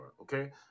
okay